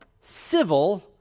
civil